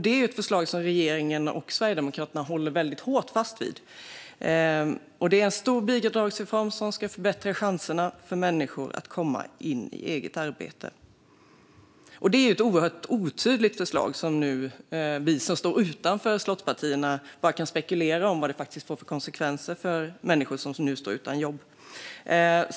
Det är ett förslag som regeringen och Sverigedemokraterna håller väldigt hårt fast vid. Det är en stor bidragsreform som ska förbättra chanserna för människor att komma in i eget arbete. Det är ett oerhört otydligt förslag som vi som står utanför slottspartierna bara kan spekulera om vad det får för konsekvenser för människor som nu står utan jobb.